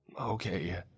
Okay